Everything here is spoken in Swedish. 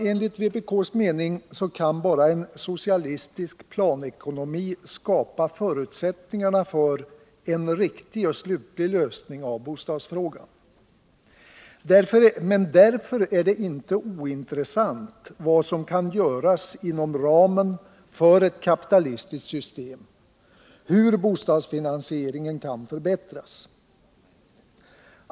Enligt vpk:s mening kan bara en socialistisk planekonomi skapa förutsättningarna för en riktig och slutlig lösning av bostadsfrågan. Trots detta är det inte ointressant att se vad som kan göras inom ramen för ett kapitalistiskt system, hur bostadsfinansieringen kan förbättras.